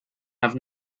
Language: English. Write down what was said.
have